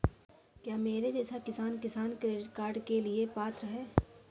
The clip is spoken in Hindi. क्या मेरे जैसा किसान किसान क्रेडिट कार्ड के लिए पात्र है?